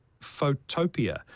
Photopia